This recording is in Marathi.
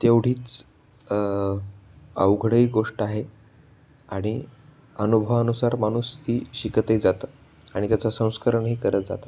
तेवढीच अवघडही गोष्ट आहे आणि अनुभवानुसार माणूस ती शिकतही जातं आणि त्याचं संस्करणही करत जातं